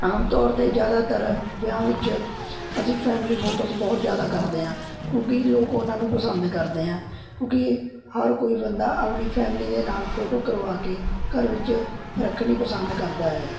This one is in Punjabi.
ਆਮ ਤੌਰ 'ਤੇ ਜ਼ਿਆਦਾਤਰ ਵਿਆਹ ਵਿੱਚ ਅਸੀਂ ਫੈਮਿਲੀ ਫੋਟੋਜ਼ ਬਹੁਤ ਜ਼ਿਆਦਾ ਕਰਦੇ ਹਾਂ ਕਿਉਂਕਿ ਲੋਕ ਉਹਨਾਂ ਨੂੰ ਪਸੰਦ ਕਰਦੇ ਆਂ ਕਿਉਂਕਿ ਹਰ ਕੋਈ ਬੰਦਾ ਆਪਣੀ ਫੈਮਿਲੀ ਦੇ ਨਾਲ਼ ਫੋਟੋ ਕਰਵਾ ਕੇ ਘਰ ਵਿੱਚ ਰੱਖਣੀ ਪਸੰਦ ਕਰਦਾ ਹੈ